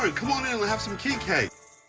have some king cake.